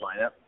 lineup